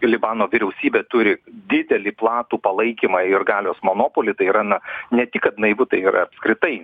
libano vyriausybė turi didelį platų palaikymą ir galios monopolį tai yra na ne tik kad naivu tai yra apskritai